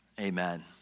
Amen